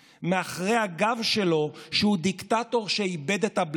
לשרים: תתפטרו, תכניסו במקומכם שני חברי כנסת,